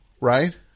right